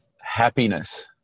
happiness